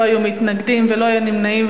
לא היו מתנגדים ולא היו נמנעים.